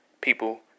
People